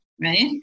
right